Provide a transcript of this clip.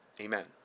Amen